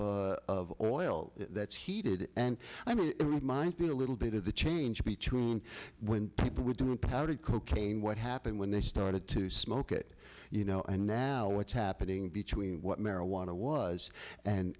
of of oil that's he did it and i mean it reminds me a little bit of the change between when people were doing powdered cocaine what happened when they started to smoke it you know and now what's happening between what marijuana was and